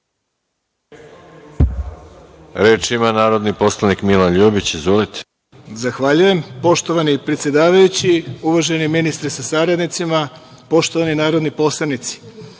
Reč ima narodni poslanik Milan Ljubić. Izvolite. **Milan Ljubić** Zahvaljujem. Poštovani predsedavajući, uvaženi ministre sa saradnicima, poštovani narodni poslanici,